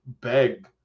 beg